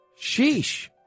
Sheesh